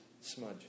Smudge